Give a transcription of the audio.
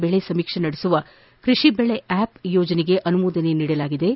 ಬೆಳೆ ಸಮೀಕ್ಷೆ ನಡೆಸುವ ಕೃಷಿ ಬೆಳೆ ಆ್ಯಪ್ ಯೋಜನೆಗೆ ಅನುಮೋದನೆ ನೀಡಲಾಗಿದ್ದು